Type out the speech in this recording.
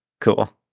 Cool